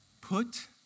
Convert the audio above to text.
Put